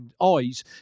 eyes